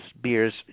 beers